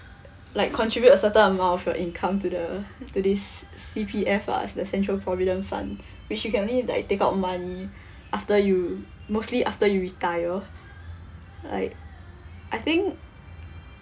like contribute a certain amount like income to the to this C_P_F ah the central provident fund which you can only like take out money after you mostly after you retire like I think